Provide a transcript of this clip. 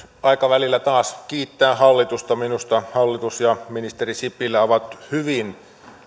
aika taas välillä kiittää hallitusta minusta hallitus ja ministeri sipilä ovat hyvin